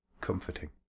comforting